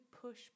push